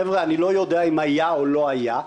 חבר'ה, אני לא יודע אם היה או לא היה,